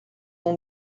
ont